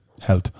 Health